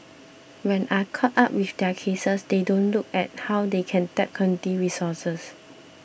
when are caught up with their cases they don't look at how they can tap resources